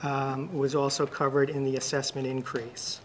was also covered in the assessment increase